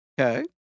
Okay